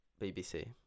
BBC